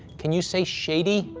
can you say shady?